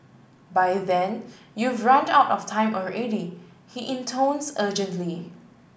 by then you've run out of time already he intones urgently